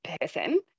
person